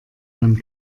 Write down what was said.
man